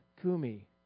kumi